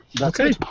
Okay